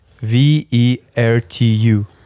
v-e-r-t-u